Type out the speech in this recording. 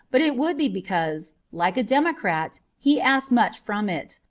but it would be because, like a democrat, he asked much from it.